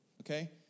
Okay